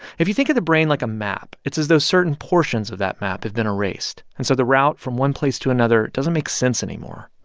if you think of the brain like a map, it's as though certain portions of that map have been erased, and so the route from one place to another doesn't make sense anymore.